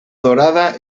dorada